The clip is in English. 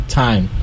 time